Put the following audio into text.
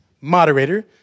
moderator